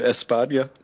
España